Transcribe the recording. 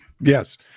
Yes